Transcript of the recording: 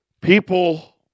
People